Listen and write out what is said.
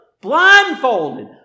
blindfolded